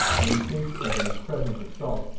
in case of a present assault,